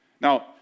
Now